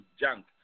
junk